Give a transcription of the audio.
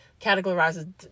categorizes